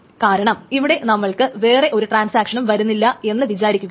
കാരണം ഇവിടെ നമ്മൾക്ക് വേറെ ഒരു ട്രാൻസാക്ഷനും വരുന്നില്ല എന്ന് വിചാരിക്കുകയാണ്